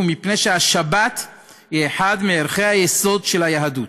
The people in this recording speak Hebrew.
מפני שהשבת היא אחד מערכי היסוד של היהדות.